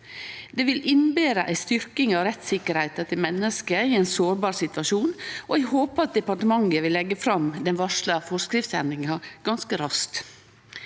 Det vil innebere ei styrking av rettstryggleiken til menneske i ein sårbar situasjon, og eg håpar at departementet vil leggje fram den varsla forskriftsendringa ganske raskt.